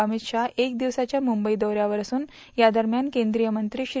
अमित शाह एक दिवसाच्या मुंबई दौन्यावर असून यादरम्यान केंद्रीय मंत्री श्री